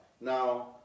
Now